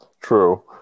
True